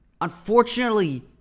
unfortunately